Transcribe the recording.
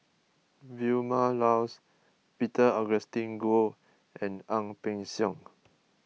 Vilma Laus Peter Augustine Goh and Ang Peng Siong